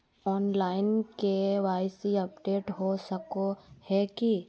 Online KYC update हो सको है की?